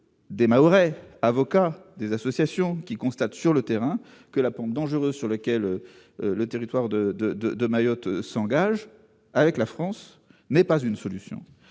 des Mahorais- des avocats, des associations -constatent sur le terrain que la pente dangereuse sur laquelle le territoire de Mayotte s'engage avec la France n'est pas une solution.